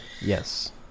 Yes